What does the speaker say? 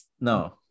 no